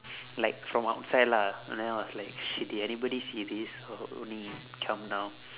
like from outside lah then I was like shit did anybody see this or only come now